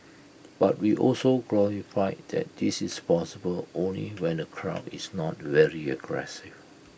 but we also qualify that this is possible only when the crowd is not very aggressive